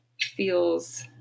feels